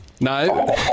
No